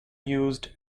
used